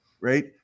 right